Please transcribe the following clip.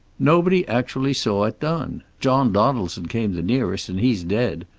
nobody actually saw it done. john donaldson came the nearest, and he's dead.